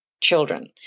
children